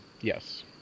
Yes